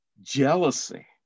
Jealousy